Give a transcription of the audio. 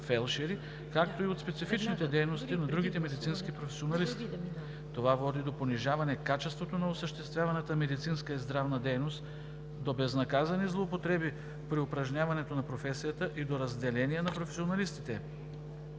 както и от специфичните дейности на другите медицински професионалисти. Това води до понижаване качеството на осъществяваната медицинска и здравна дейност, до безнаказани злоупотреби при упражняването на професията и до разделение на професионалистите.